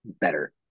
Better